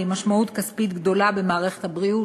משמעות כספית גדולה במערכת הבריאות,